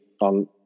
on